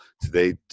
today